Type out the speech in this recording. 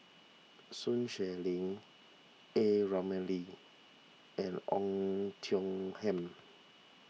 Sun Xueling A Ramli and on Tiong Ham